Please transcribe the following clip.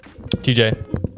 TJ